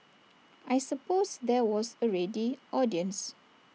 I suppose there was A ready audience